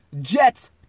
Jets